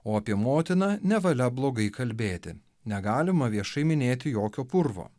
o apie motiną nevalia blogai kalbėti negalima viešai minėti jokio purvo